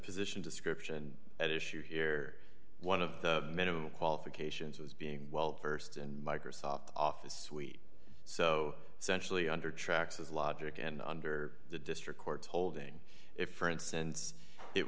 position description at issue here one of the minimum qualifications was being well versed in microsoft office suite so essentially under tracks as logic and under the district court's holding if for instance it